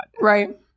right